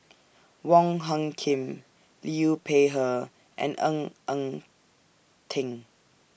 Wong Hung Khim Liu Peihe and Ng Eng Teng